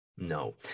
No